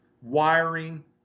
wiring